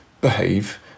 behave